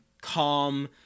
calm